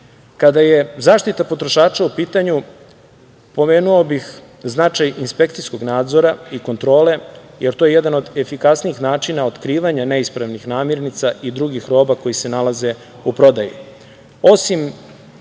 je zaštita potrošača u pitanju, pomenuo bih značaj inspekcijskog nadzora i kontrole, jer to je jedan od efikasnijih načina otkrivanja neispravnih namirnica i drugih roba koje se nalaze u prodaji. Osim